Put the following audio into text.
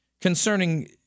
concerning